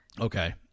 Okay